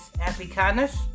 Africanus